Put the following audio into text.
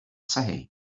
say